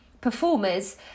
performers